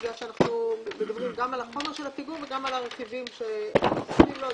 אנחנו מדברים גם על החומר של הפיגום וגם על הרכיבים שמוסיפים לו.